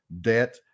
debt